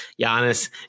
Giannis